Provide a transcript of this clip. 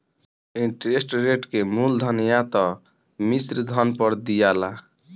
interest rate के मूलधन या त मिश्रधन पर दियाला